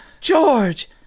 George